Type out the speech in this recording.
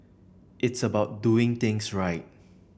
it's about doing things right